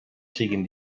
siguen